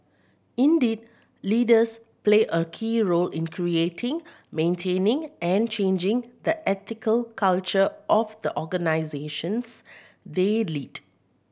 indeed leaders play a key role in creating maintaining and changing the ethical culture of the organisations they lead